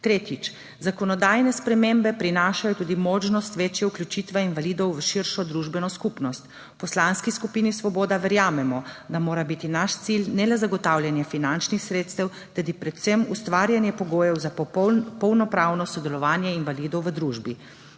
Tretjič, zakonodajne spremembe prinašajo tudi možnost večje vključitve invalidov v širšo družbeno skupnost. V Poslanski skupini Svoboda verjamemo, da mora biti naš cilj ne le zagotavljanje finančnih sredstev, temveč predvsem ustvarjanje pogojev za polnopravno sodelovanje invalidov v družbi.